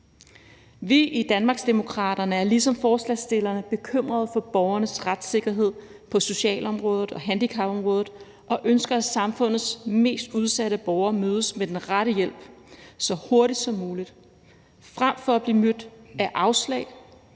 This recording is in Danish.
Vi i Danmarksdemokraterne er ligesom forslagsstillerne bekymrede for borgernes retssikkerhed på socialområdet og handicapområdet og ønsker, at samfundets mest udsatte borgere mødes med den rette hjælp så hurtigt som muligt frem for at blive mødt af afslag,